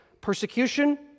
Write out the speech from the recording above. persecution